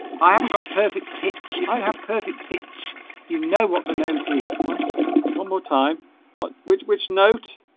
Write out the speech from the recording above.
i haven't got perfect pitch if i have perfect pitch you know what the note is one one more time what with which note